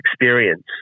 experience